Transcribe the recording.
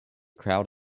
crowd